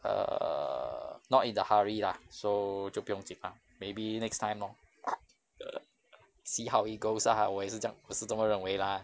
err not in a hurry lah so 就不用紧 lah maybe next time lor see how it goes ah 我也是这样我是这么认为 lah